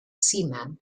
seaman